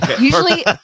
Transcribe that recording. Usually